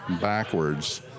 backwards